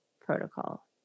protocol